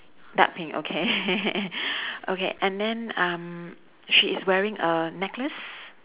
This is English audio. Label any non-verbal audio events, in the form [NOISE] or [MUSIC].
dark pink okay [LAUGHS] okay and then um she is wearing a necklace